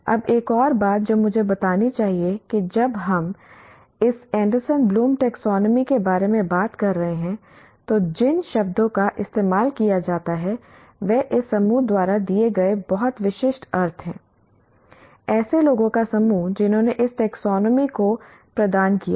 अब एक और बात जो मुझे बतानी चाहिए कि जब हम इस Anderson Bloom taxonomy Anderson Bloom's taxonomy के बारे में बात कर रहे हैं तो जिन शब्दों का इस्तेमाल किया जाता है वे इस समूह द्वारा दिए गए बहुत विशिष्ट अर्थ हैं ऐसे लोगों का समूह जिन्होंने इस टैक्सोनॉमी को प्रदान किया है